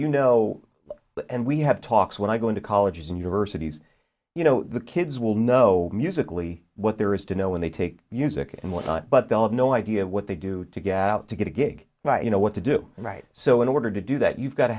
you know and we have talks when i go into colleges and universities you know the kids will know musically what there is to know when they take use it and what not but they'll have no idea what they do to get out to get a gig you know what to do right so in order to do that you've got to